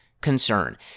concern